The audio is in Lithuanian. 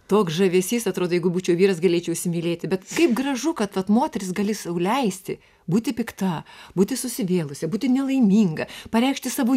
toks žavesys atrodo jeigu būčiau vyras galėčiau įsimylėti bet kaip gražu kad tad moteris gali sau leisti būti pikta būti susivėlusi būti nelaiminga pareikšti savo